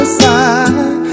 side